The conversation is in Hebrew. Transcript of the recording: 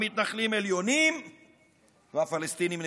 המתנחלים עליונים והפלסטינים נתינים.